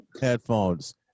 headphones